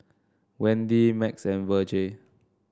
Wendi Max and Virge